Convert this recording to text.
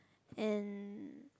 and